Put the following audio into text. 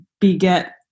beget